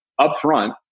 upfront